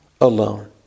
alone